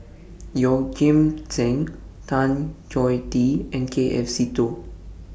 Yeoh Ghim Seng Tan Choh Tee and K F Seetoh